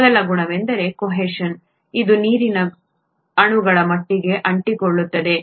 ಮೊದಲ ಗುಣವೆಂದರೆ ಕೋಹೆಷನ್ ಇದು ನೀರಿನ ಅಣುಗಳು ಒಟ್ಟಿಗೆ ಅಂಟಿಕೊಳ್ಳುತ್ತದೆ